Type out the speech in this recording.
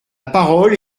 parole